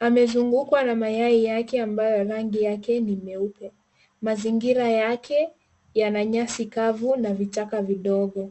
Amezungukwa na mayai yake ambayo rangi yake ni nyeupe. Mazingira yake yana nyasi kavu na vichaka vidogo.